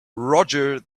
roger